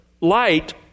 light